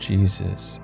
Jesus